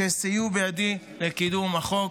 שסייעו בידי בקידום החוק.